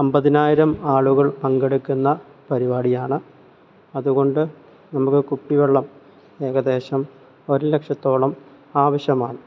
അമ്പതിനായിരം ആളുകൾ പങ്കെടുക്കുന്ന പരിപാടിയാണ് അതുകൊണ്ട് നമുക്ക് കുപ്പിവെള്ളം ഏകദേശം ഒരു ലക്ഷത്തോളം ആവശ്യമാണ്